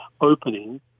opening